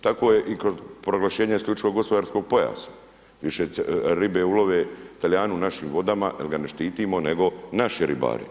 Tako je i kod proglašenja isključivo gospodarskog pojasa, više ribe ulove talijani u našim vodama jel ga ne štitimo, nego naši ribari.